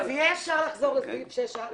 אז יהיה אפשר לחזור לסעיף 6(א)?